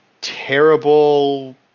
terrible